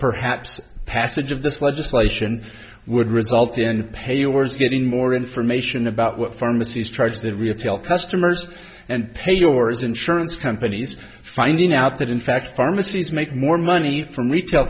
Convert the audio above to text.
perhaps passage of this legislation would result in pay you were getting more information about what pharmacies charge that retail customers and pay you are as insurance companies finding out that in fact pharmacies make more money from retail